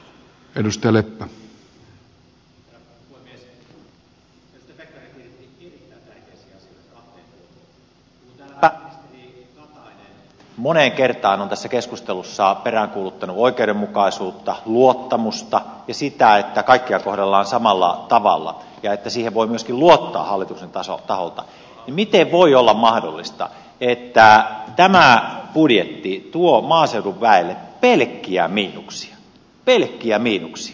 kun täällä pääministeri katainen moneen kertaan on tässä keskustelussa peräänkuuluttanut oikeudenmukaisuutta luottamusta ja sitä että kaikkia kohdellaan samalla tavalla ja että siihen voi myöskin luottaa hallituksen taholta niin miten voi olla mahdollista että tämä budjetti tuo maaseudun väelle pelkkiä miinuksia pelkkiä miinuksia